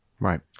Right